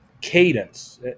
cadence